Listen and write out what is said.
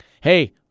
Hey